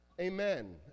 Amen